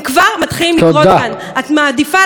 אולי את עוצמת עיניים, הם כן עוברים.